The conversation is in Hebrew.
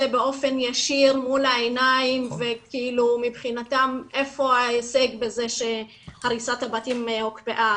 באופן ישיר מול העיניים ומבחינתם איפה ההישג בזה שהריסת הבתים הוקפאה.